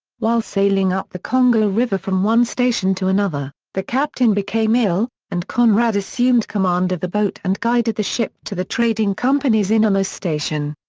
while sailing up the congo river from one station to another, the captain became ill, and conrad assumed command of the boat and guided the ship to the trading company's innermost station.